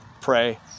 pray